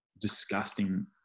disgusting